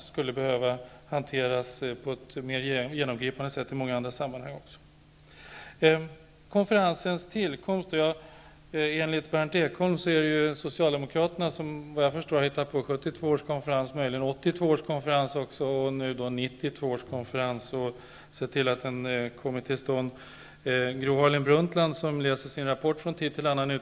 De skulle behöva hanteras på ett mer genomgripande sätt även i andra sammanhang. Enligt Berndt Ekholm var det Socialdemokraterna som hittade på 1972 års konferens och möjligen även 1982 års konferens. Nu har man sett till att 1992 års konferens kommit till stånd.